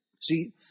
See